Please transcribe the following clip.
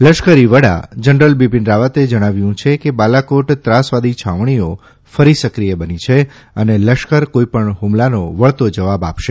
લશ્કરી વડા જનરલ બિપિન રાવતે જણાવ્યું છે કે બાલાકોટ ત્રાસવાદી છાવણીઓ ફરી સક્રિય બની છે અને લશ્કર કોઇપણ ફમલાનો વળતો જવાબ આપશે